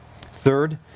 Third